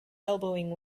elbowing